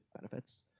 benefits